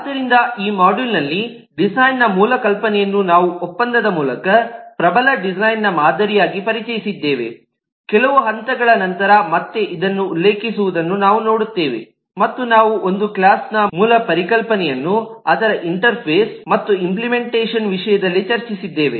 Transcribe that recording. ಆದ್ದರಿಂದ ಈ ಮಾಡ್ಯೂಲ್ನಲ್ಲಿ ಡಿಸೈನ್ನ ಮೂಲ ಕಲ್ಪನೆಯನ್ನು ನಾವು ಒಪ್ಪಂದದ ಮೂಲಕ ಪ್ರಬಲ ಡಿಸೈನ್ನ ಮಾದರಿಯಾಗಿ ಪರಿಚಯಿಸಿದ್ದೇವೆ ಕೆಲವು ಹಂತಗಳ ನಂತರದ ಮತ್ತೆ ಇದನ್ನು ಉಲ್ಲೇಖಿಸುವುದನ್ನು ನಾವು ನೋಡುತ್ತೇವೆ ಮತ್ತು ನಾವು ಒಂದು ಕ್ಲಾಸ್ನ ಮೂಲ ಪರಿಕಲ್ಪನೆಯನ್ನು ಅದರ ಇಂಟರ್ಫೇಸ್ ಮತ್ತು ಇಂಪ್ಲಿಮೆಂಟೇಷನ್ ವಿಷಯದಲ್ಲಿ ಚರ್ಚಿಸಿದ್ದೇವೆ